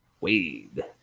Wade